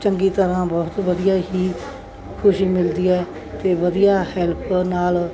ਚੰਗੀ ਤਰ੍ਹਾਂ ਬਹੁਤ ਵਧੀਆ ਹੀ ਖੁਸ਼ੀ ਮਿਲਦੀ ਹੈ ਅਤੇ ਵਧੀਆ ਹੈਲਪ ਨਾਲ